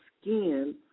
skin